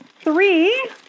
three